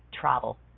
travel